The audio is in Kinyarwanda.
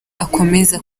akomeza